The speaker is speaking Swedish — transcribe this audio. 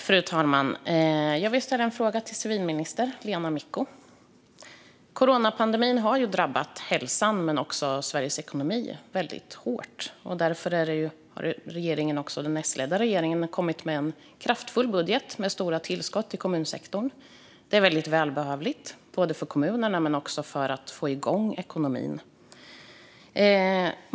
Fru talman! Jag vill ställa en fråga till civilminister Lena Micko. Coronapandemin har drabbat hälsan men också Sveriges ekonomi väldigt hårt. Därför har den S-ledda regeringen kommit med en kraftfull budget med stora tillskott till kommunsektorn. Det är väldigt välbehövligt för kommunerna och för att få igång ekonomin.